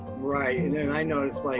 right, and then i noticed like